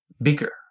Bigger